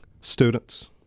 students